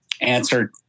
answered